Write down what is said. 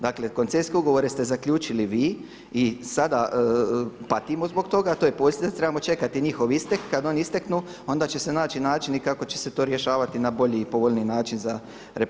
Dakle koncesijske ugovore ste zaključili vi i sada patimo zbog toga a to je … da trebamo čekati njihov istek, kada oni isteknu onda će se naći načini kako će se to rješavati na bolji i povoljniji način za RH.